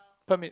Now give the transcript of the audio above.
permit